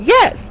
Yes